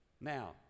now